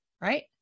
right